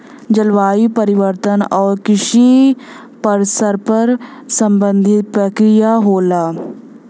जलवायु परिवर्तन आउर कृषि परस्पर संबंधित प्रक्रिया होला